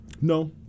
No